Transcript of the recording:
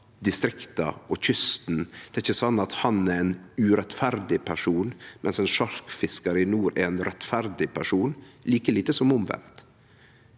distrikta og kysten. Det er ikkje sånn at han er ein urettferdig person, mens ein sjarkfiskar i nord er ein rettferdig person – like lite som omvendt.